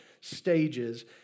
stages